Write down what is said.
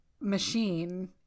machine